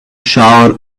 shower